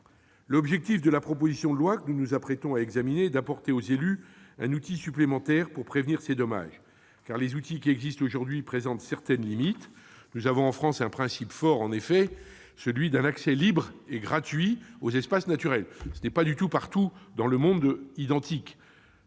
L'objectif de la proposition de loi que nous nous apprêtons à examiner est de fournir aux élus un outil supplémentaire permettant de prévenir ces dommages. En effet, les outils qui existent aujourd'hui présentent certaines limites. Nous avons en France un principe fort, celui de l'accès libre et gratuit aux espaces naturels. Ce n'est pas du tout le cas partout dans le monde ; au